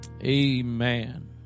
amen